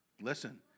Listen